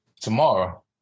tomorrow